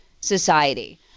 society